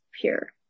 pure